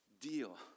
deal